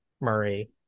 Murray